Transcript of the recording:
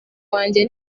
wanjye